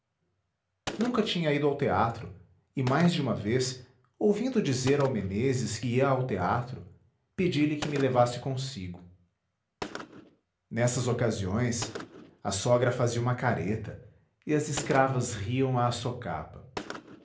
nunca tinha ido ao teatro e mais de uma vez ouvindo dizer ao meneses que ia ao teatro pedi-lhe que me levasse consigo nessas ocasiões a sogra fazia uma careta e as escravas riam à socapa